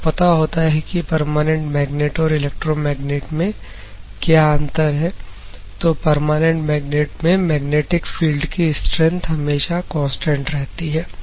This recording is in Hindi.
आपको पता होता है कि परमानेंट मैग्नेट और इलेक्ट्रोमैग्नेट में क्या अंतर है तो परमानेंट मैग्नेट में मैग्नेटिक फील्ड की स्ट्रेंथ हमेशा कांस्टेंट रहती है